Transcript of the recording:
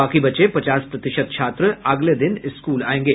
बाकी बचे पचास प्रतिशत छात्र अगले दिन स्कूल आयेंगे